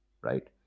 right